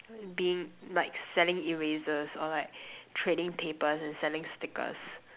being like selling erasers or like trading papers and selling stickers